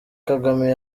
kagame